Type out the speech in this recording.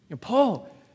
Paul